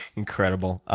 incredible.